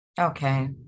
Okay